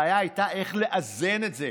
הבעיה הייתה איך לאזן את זה.